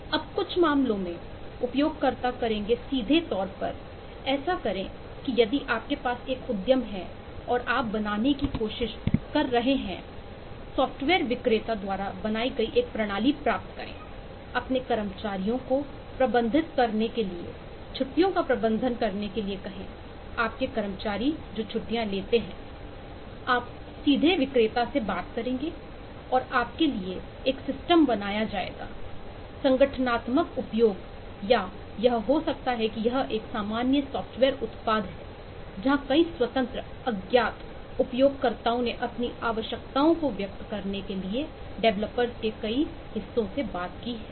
अब कुछ मामलों में उपयोगकर्ता करेंगे सीधे तौर पर ऐसा करें कि यदि आपके पास एक उद्यम है और आप बनाने की कोशिश कर रहे हैं सॉफ़्टवेयर विक्रेता द्वारा बनाई गई एक प्रणाली प्राप्त करें अपने कर्मचारियों को प्रबंधित करने के लिए छुट्टियों का प्रबंधन करने के लिए कहें आपके कर्मचारी लेते हैं आप सीधे विक्रेता से बात करेंगे और आपके लिए एक सिस्टम बनाया जाएगा संगठनात्मक उपयोग या यह हो सकता है कि यह एक सामान्य सॉफ्टवेयर उत्पाद है जहां कई स्वतंत्र अज्ञात उपयोगकर्ताओं ने अपनी आवश्यकताओं को व्यक्त करने के लिए डेवलपर्स के कई हिस्सों से बात की है